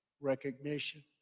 recognition